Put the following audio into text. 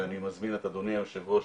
ואני מזמין את אדוני היושב ראש,